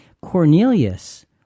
Cornelius